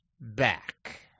back